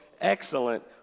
excellent